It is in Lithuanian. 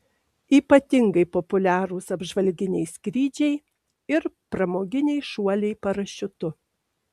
ypatingai populiarūs apžvalginiai skrydžiai ir pramoginiai šuoliai parašiutu